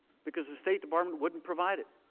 because the state department wouldn't provide it.